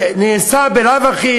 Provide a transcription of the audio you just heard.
זה נעשה בלאו הכי,